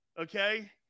Okay